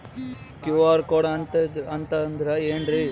QR code ಅಂತಂದ್ರ ಏನ್ರೀ?